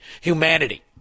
humanity